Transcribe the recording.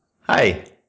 Hi